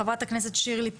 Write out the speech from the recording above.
חברת הכנסת שירלי פינטו,